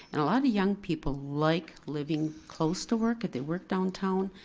and a lot of young people like living close to work, if they work downtown,